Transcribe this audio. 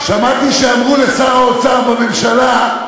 שמעתי שאמרו לשר האוצר בממשלה,